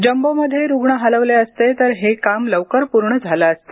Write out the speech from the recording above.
जम्बोमध्ये रुग्ण हलवले असते तर हे काम लवकर पूर्ण झाले असते